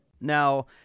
Now